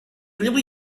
really